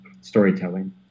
storytelling